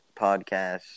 podcast